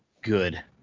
Good